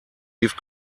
leave